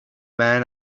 man